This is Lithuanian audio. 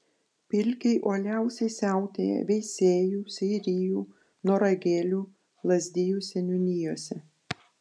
pilkiai uoliausiai siautėja veisiejų seirijų noragėlių lazdijų seniūnijose